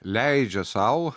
leidžia sau